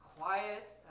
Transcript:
quiet